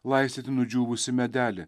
laistyti nudžiūvusį medelį